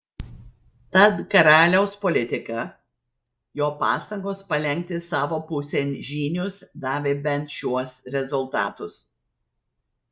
tad karaliaus politika jo pastangos palenkti savo pusėn žynius davė bent šiuos rezultatus